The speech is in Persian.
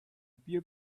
بیا